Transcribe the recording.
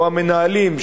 או המנהלים,